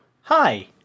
Hi